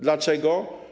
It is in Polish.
Dlaczego?